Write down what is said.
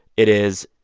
it is,